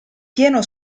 pieno